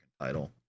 title